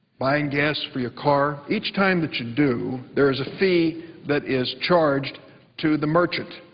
buying gas for your car, each time that you do, there is a fee that is charged to the merchant,